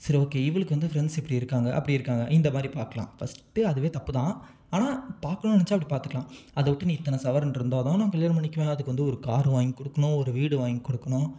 சரி ஓகே இவளுக்கு வந்து ஃப்ரெண்ட்ஸ் இப்படி இருக்காங்க அப்படி இருக்காங்க இந்த மாதிரி பார்க்கலாம் ஃபஸ்ட்டு அதுவே தப்பு தான் ஆனால் பார்க்கணும்னு நினச்சா அப்படி பார்த்துக்கலாம் அதை விட்டு நீ இத்தனை சவரன் இருந்தால் தான் நான் கல்யாணம் பண்ணிக்குவேன் அதுக்கு வந்து ஒரு கார் வாங்கி கொடுக்கணும் ஒரு வீடு வாங்கி கொடுக்கணும்